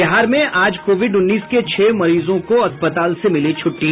बिहार में आज कोविड उन्नीस के छह मरीजों को अस्पताल से मिली छुट्टी